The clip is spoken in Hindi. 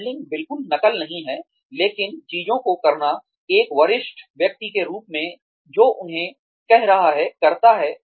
मॉडलिंग बिल्कुल नकल नहीं है लेकिन चीजों को करना एक वरिष्ठ व्यक्ति के रूप में जो उन्हें कर रहा है करता है